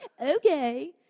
Okay